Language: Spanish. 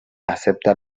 acepta